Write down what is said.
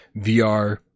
VR